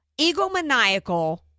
egomaniacal